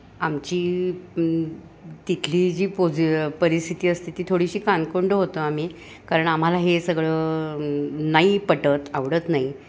आमची तिथली जी पोजी परिस्थिती असते ती थोडीशी कानकोंडं होतो आम्ही कारण आम्हाला हे सगळं नाही पटत आवडत नाही